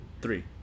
Three